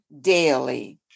daily